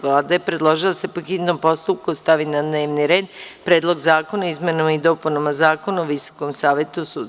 Vlada je predložila da se po hitnom postupku stavi na dnevni red – Predlog zakona o izmenama i dopunama Zakona o Visokom savetu sudstva.